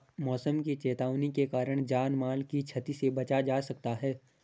मौसम की चेतावनी के कारण जान माल की छती से बचा जा सकता है